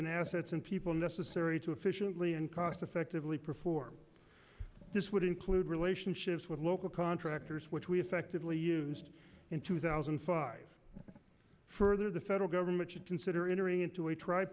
in assets and people necessary to efficiently and cost effectively perform this would include relationships with local contractors which we effectively used in two thousand and five for the federal government should consider entering into a tri